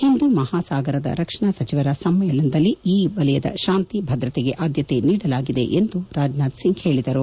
ಹಿಂದೂ ಮಹಾಸಾಗರದ ರಕ್ಷಣಾ ಸಚಿವರ ಸಮ್ಮೇಳನದಲ್ಲಿ ಈ ವಲಯದ ಶಾಂತಿ ಭದ್ರತೆಗೆ ಆದ್ದತೆ ನೀಡಲಾಗಿದೆ ಎಂದರು